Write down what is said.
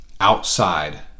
outside